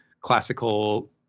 classical